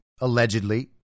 allegedly